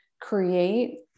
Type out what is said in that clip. create